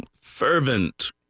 fervent